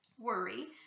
worry